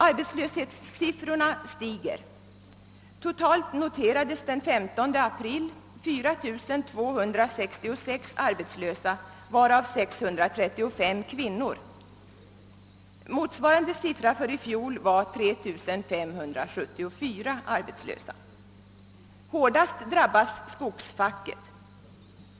Arbetslöshetssiffrorna stiger. Totalt note rades den 15 april i år 4 266 arbetslösa, varav 635 kvinnor. Motsvarande notering i fjol var 3 574 arbetslösa. Hårdast drabbas skogsfacket.